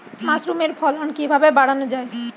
মাসরুমের ফলন কিভাবে বাড়ানো যায়?